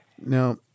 Now